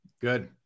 Good